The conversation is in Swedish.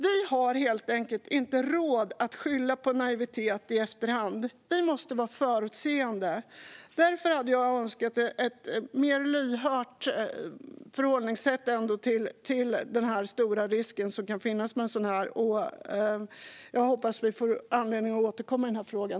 Vi har helt enkelt inte råd att skylla på naivitet i efterhand. Vi måste vara förutseende. Därför hade jag önskat ett mer lyhört förhållningssätt till den stora risk som kan finnas med ett sådant här system. Jag hoppas att vi får tillfälle att återkomma i frågan.